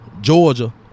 Georgia